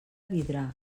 vidrà